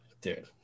dude